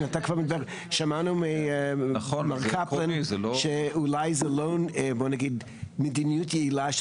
שמענו ממר קפלן שאולי זו לא מדיניות יעילה של